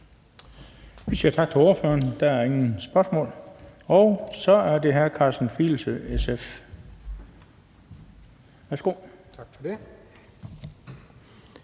Vi siger tak til ordføreren. Der er ingen spørgsmål. Så er det hr. Karsten Filsø, SF. Værsgo. Kl.